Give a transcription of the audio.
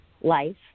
life